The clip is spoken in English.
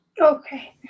Okay